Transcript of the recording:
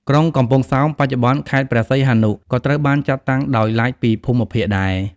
ក្រុងកំពង់សោម (បច្ចុប្បន្នខេត្តព្រះសីហនុ) ក៏ត្រូវបានចាត់តាំងដោយឡែកពីភូមិភាគដែរ។